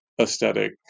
aesthetic